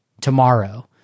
tomorrow